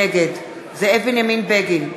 נגד זאב בנימין בגין,